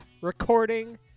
recording